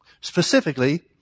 Specifically